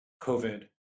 COVID